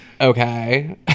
okay